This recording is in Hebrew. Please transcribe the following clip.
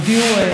עכשיו,